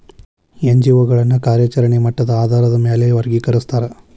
NGO ಗಳನ್ನ ಕಾರ್ಯಚರೆಣೆಯ ಮಟ್ಟದ ಆಧಾರಾದ್ ಮ್ಯಾಲೆ ವರ್ಗಿಕರಸ್ತಾರ